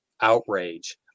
outrage